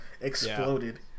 exploded